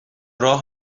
راه